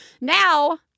Now